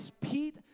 Pete